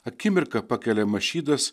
akimirka pakeliama šydas